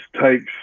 takes